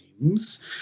names